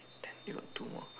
ten you got two more